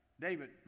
David